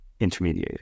intermediated